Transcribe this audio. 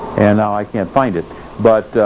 and now i can't find it but.